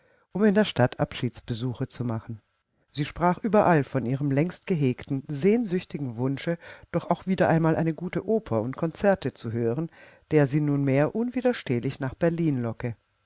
um in der stadt abschiedsbesuche zu machen sie sprach überall von ihrem längstgehegten sehnsüchtigen wunsche doch auch wieder einmal eine gute oper und konzerte zu hören der sie nunmehr unwiderstehlich nach berlin locke